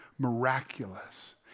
miraculous